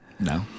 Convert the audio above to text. No